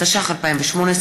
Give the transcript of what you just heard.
התשע"ח 2018,